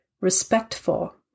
respectful